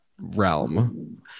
realm